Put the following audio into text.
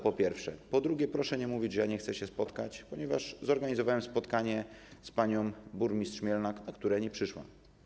Po trzecie, proszę nie mówić, że ja nie chcę się spotkać, ponieważ zorganizowałem spotkanie z panią burmistrz Mielna, na które nie przyszła.